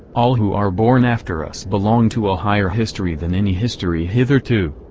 all who are born after us belong to a higher history than any history hitherto.